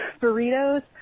burritos